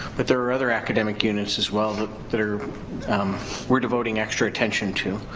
but there are other academic units as well that are we're devoting extra attention to.